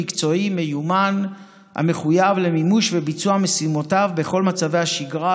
מקצועי ומיומן המחויב למימוש ולביצוע משימותיו בכל מצבי השגרה,